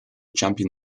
champion